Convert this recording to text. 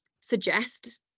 suggest